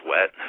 wet